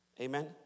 amen